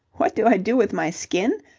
what do i do with my skin?